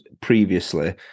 previously